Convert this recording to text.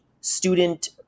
student